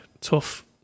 tough